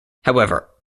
however